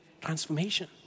transformation